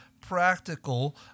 Practical